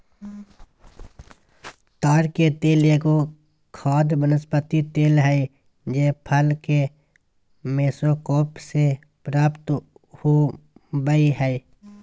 ताड़ के तेल एगो खाद्य वनस्पति तेल हइ जे फल के मेसोकार्प से प्राप्त हो बैय हइ